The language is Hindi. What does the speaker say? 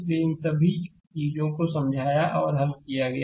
स्लाइड समय देखें 1522 इसलिए इन सभी चीजों को समझाया और हल किया गया है